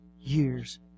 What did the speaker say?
years